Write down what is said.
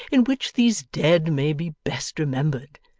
in which these dead may be best remembered?